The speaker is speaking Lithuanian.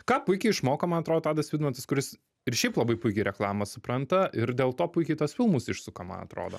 ką puikiai išmoko man atrodo tadas vidmantas kuris ir šiaip labai puikiai reklamą supranta ir dėl to puikiai tuos filmus išsuka man atrodo